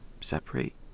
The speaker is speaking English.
Separate